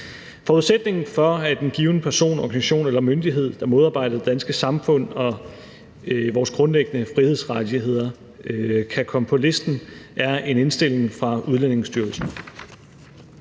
Forudsætningen for, at en given person, organisation eller myndighed, der modarbejder det danske samfund og vores grundlæggende frihedsrettigheder, kan komme på listen, er en indstilling fra Udlændingestyrelsen.